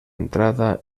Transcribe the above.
entrada